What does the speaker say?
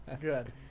good